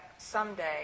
Someday